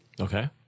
Okay